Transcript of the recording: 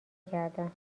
کردم